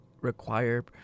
require